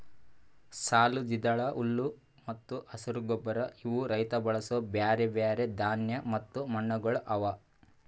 ಸಾಲು, ದ್ವಿದಳ, ಹುಲ್ಲು ಮತ್ತ ಹಸಿರು ಗೊಬ್ಬರ ಇವು ರೈತ ಬಳಸೂ ಬ್ಯಾರೆ ಬ್ಯಾರೆ ಧಾನ್ಯ ಮತ್ತ ಮಣ್ಣಗೊಳ್ ಅವಾ